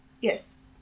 Yes